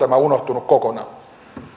tämä unohtunut kokonaan